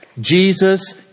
Jesus